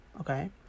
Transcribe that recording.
okay